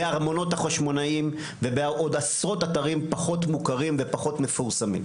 בארמונות החשמונאים ובעוד עשרות אתרים פחות מוכרים ופחות מפורסמים.